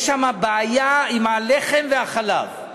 יש שם בעיה עם הלחם והחלב,